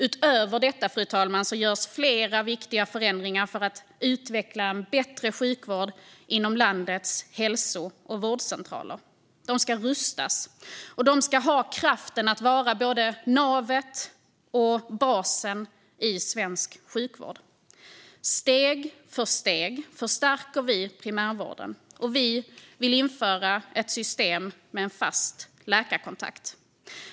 Utöver detta, fru talman, görs flera viktiga förändringar för att utveckla en bättre sjukvård inom landets hälso och vårdcentraler. De ska rustas. Och de ska ha kraften att vara både navet och basen i svensk sjukvård. Steg för steg förstärker vi primärvården. Vi vill införa ett system med en fast läkarkontakt.